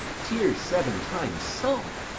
tears seven times salt,